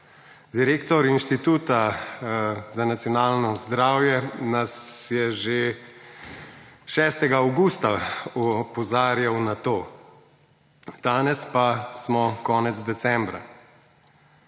Direktor inštituta za nacionalno zdravje nas je že 6. avgusta opozarjal na to, danes pa smo konec decembra.